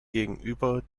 gegenüber